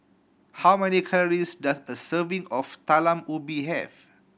how many calories does a serving of Talam Ubi have